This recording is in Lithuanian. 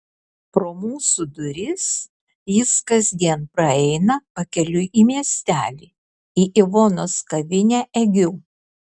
pro mūsų duris jis kasdien praeina pakeliui į miestelį į ivonos kavinę egiu